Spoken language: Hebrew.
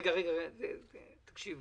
לפי